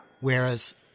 Whereas